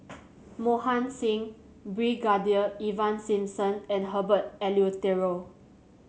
Mohan Singh Brigadier Ivan Simson and Herbert Eleuterio